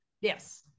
Yes